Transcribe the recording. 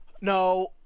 no